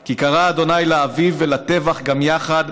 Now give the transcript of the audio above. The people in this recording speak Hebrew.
/ כי קרא אדוני לאביב ולטבח גם יחד: